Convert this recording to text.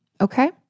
Okay